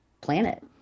planet